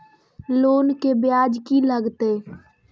Loan के ब्याज की लागते?